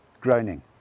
groaning